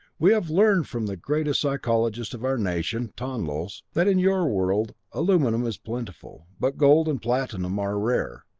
we have learned from the greatest psychologist of our nation, tonlos, that in your world aluminum is plentiful, but gold and platinum are rare,